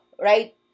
right